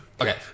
Okay